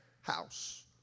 house